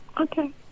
Okay